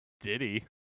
Diddy